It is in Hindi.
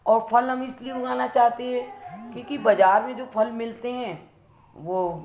और फल हम इसलिए उगाना चाहते हैं क्योंकि बज़ार में जो फल मिलते हैं वो